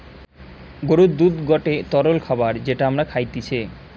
গরুর দুধ গটে তরল খাবার যেটা আমরা খাইতিছে